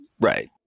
Right